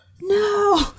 No